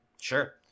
Sure